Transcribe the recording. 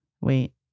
wait